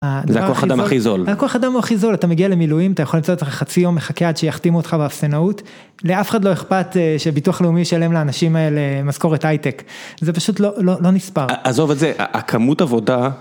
זה הכוח אדם הכי זול. הכוח אדם הוא הכי זול, אתה מגיע למילואים, אתה יכול למצוא את עצמך חצי יום מחכה עד שיחתימו אותך באפסנאות, לאף אחד לא אכפת שביטוח לאומי ישלם לאנשים האלה משכורת הייטק, זה פשוט לא נספר. עזוב את זה, הכמות עבודה.